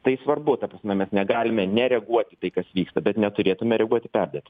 tai svarbu ta prasme mes negalime nereaguot į tai kas vyksta bet neturėtume reaguoti perdėtai